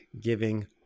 giving